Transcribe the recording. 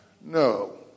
No